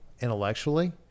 intellectually